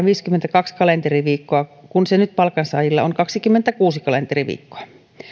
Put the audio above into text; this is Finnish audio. viisikymmentäkaksi kalenteriviikkoa kun se nyt palkansaajilla on kaksikymmentäkuusi kalenteriviikkoa